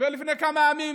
ולפני כמה ימים